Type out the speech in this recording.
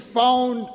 found